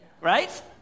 Right